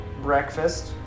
breakfast